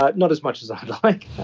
not not as much as i'd like,